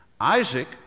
Isaac